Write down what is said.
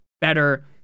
better